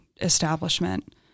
establishment